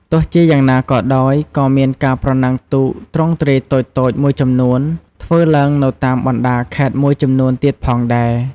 ទោះជាយ៉ាងណាក៏ដោយ ក៏មានការប្រណាំងទូកទ្រង់ទ្រាយតូចៗមួយចំនួនធ្វើឡើងនៅតាមបណ្ដាខេត្តមួយចំនួនទៀតផងដែរ។